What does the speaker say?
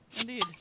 indeed